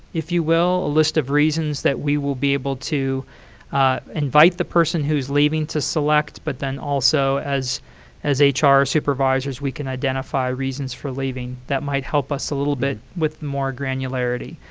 if you will, list of reasons that we will be able to invite the person who's leaving to select. but then also, as as ah hr supervisors, we can identify reasons for leaving that might help us a little bit with more granularity.